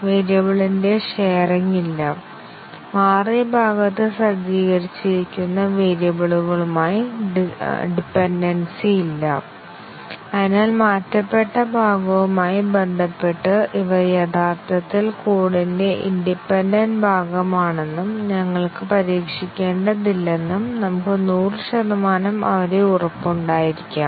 വേരിയബിളിന്റെ ഷെയറിങ് ഇല്ല മാറിയ ഭാഗത്ത് സജ്ജീകരിച്ചിരിക്കുന്ന വേരിയബിളുകളുമായി ഡിപെൻഡെൻസി ഇല്ല അതിനാൽ മാറ്റപ്പെട്ട ഭാഗവുമായി ബന്ധപ്പെട്ട് ഇവ യഥാർത്ഥത്തിൽ കോഡിന്റെ ഇൻഡിപെൻഡെന്റ് ഭാഗമാണെന്നും ഞങ്ങൾക്ക് പരീക്ഷിക്കേണ്ടതില്ലെന്നും നമുക്ക് 100 ശതമാനം അവരെ ഉറപ്പുണ്ടായിരിക്കാം